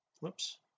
whoops